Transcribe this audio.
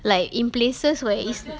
like in places where are you